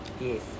Yes